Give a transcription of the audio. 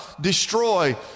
destroy